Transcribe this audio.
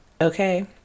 Okay